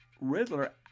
Riddler